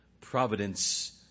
providence